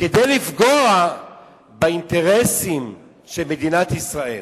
וכדי לפגוע באינטרסים של מדינת ישראל,